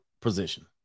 position